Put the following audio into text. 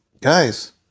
guys